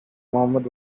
mohammad